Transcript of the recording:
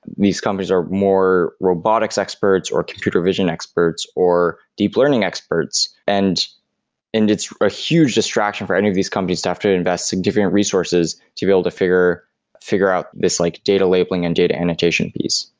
these companies are more robotics experts, or computer vision experts, or deep learning experts and and it's a huge distraction for any of these companies to have to invest significant resources to be able to figure figure out this like data labeling and data annotation piece.